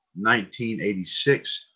1986